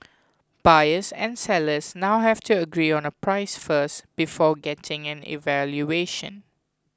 buyers and sellers now have to agree on a price first before getting an evaluation